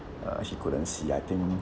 uh she couldn't see I think